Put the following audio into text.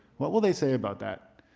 what will they say about that?